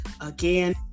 again